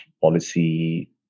policy